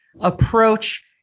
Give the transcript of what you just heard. approach